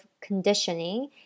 conditioning